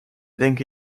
denke